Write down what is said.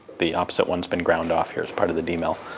the opposite one's been ground off here as part of the demil,